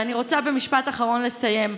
ואני רוצה במשפט אחרון לסיים.